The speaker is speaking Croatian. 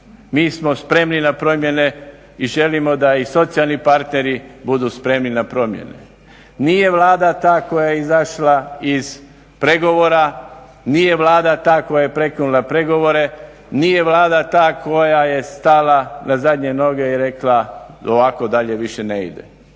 Mi smo spremni na promjene i želimo da i socijalni partneri budu spremni na promjene. Nije Vlada koja je izašla iz pregovora, nije Vlada koja je prekinula pregovore, nije Vlada ta koja je stala na zadnje noge i rekla ovako dalje više ne ide.